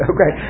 Okay